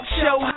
show